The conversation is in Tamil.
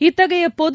இத்தகைய பொது